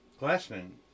Glassman